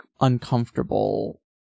uncomfortable